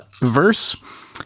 verse